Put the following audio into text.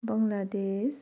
Bangladesh